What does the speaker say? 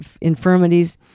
infirmities